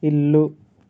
ఇల్లు